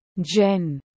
Jen